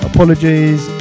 Apologies